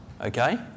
okay